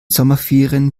sommerferien